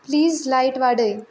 please light वाडय